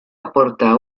aporta